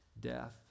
death